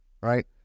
right